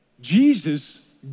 Jesus